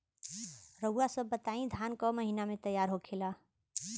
रउआ सभ बताई धान क महीना में तैयार होखेला?